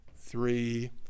three